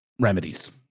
remedies